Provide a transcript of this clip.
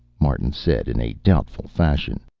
martin said, in a doubtful fashion.